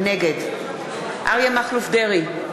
נגד אריה מכלוף דרעי,